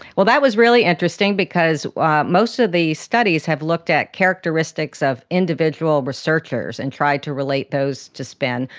well, that was really interesting because most of the studies have looked at characteristics of individual researchers and tried to relate those to spin,